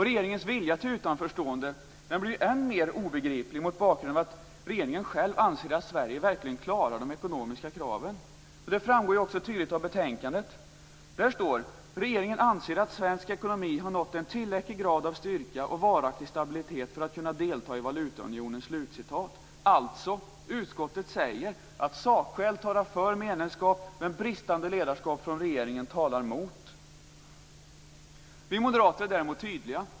Regeringens vilja till utanförstående blir än mer obegripligt mot bakgrund av att regeringen själv anser att Sverige klarar de ekonomiska kraven. Det framgår ju också tydligt av betänkandet. Där står: "Regeringen anser att svensk ekonomi har nått en tillräcklig grad av styrka och varaktig stabilitet för att kunna delta i valutaunionen." Utskottet säger alltså att sakskäl talar för medlemskap, men bristande ledarskap hos regeringen talar emot. Vi moderater är däremot tydliga.